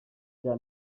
cya